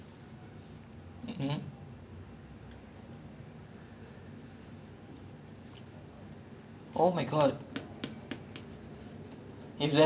then started playing piano I learn violin when I was P one until P six so I had that knowledge also so I just mix everything together ya so